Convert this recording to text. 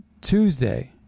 Tuesday